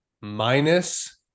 minus